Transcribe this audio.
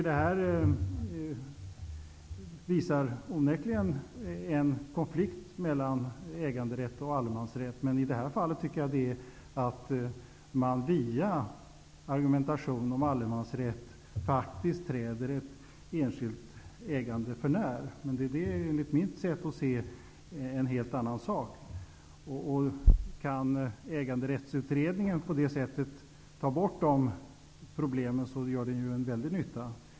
Det här belyser onekligen en konflikt mellan äganderätt och allemansrätt. I det här fallet tycker jag emellertid att man via argumentation om allemansrätt faktiskt träder ett enskilt ägande för när. Det är, enligt mitt sätt att se, en helt annan sak. Kan Äganderättsutredningen på det sättet ta bort dessa problem, skulle det vara till stor nytta.